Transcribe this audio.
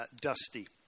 dusty